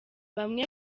bamwe